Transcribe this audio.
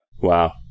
Wow